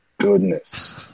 goodness